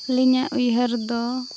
ᱟᱹᱞᱤᱧᱟᱜ ᱩᱭᱦᱟᱹᱨᱫᱚ